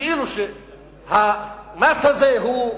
כאילו המס הזה הוא,